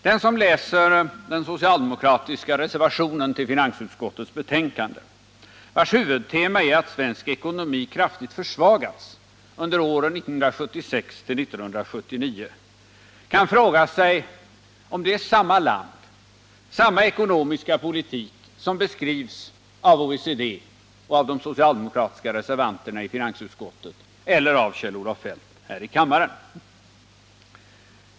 Den som läser den socialdemokratiska reservationen nr I till finansutskottets betänkande, vars huvudtema är att svensk ekonomi kraftigt försvagats under åren 1976 till 1979, kan fråga sig om det är samma land, samma ekonomiska politik som beskrivs av OECD och av de socialdemokratiska reservanterna i finansutskottet och nu av Kjell-Olof Feldt här i kammaren.